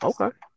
Okay